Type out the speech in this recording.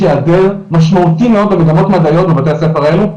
היעדר משמעותי מאוד במגמות מדעיות בבתי הספר האלו,